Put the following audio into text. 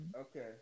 Okay